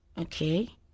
okay